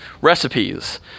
recipes